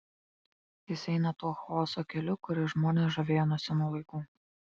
jis eina tuo chaoso keliu kuris žmonės žavėjo nuo senų laikų